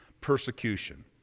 persecution